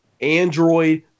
Android